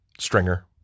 Stringer